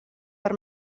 per